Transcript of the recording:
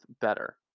better